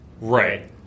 Right